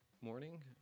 morning